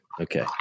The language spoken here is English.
Okay